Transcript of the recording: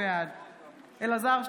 בעד אלעזר שטרן,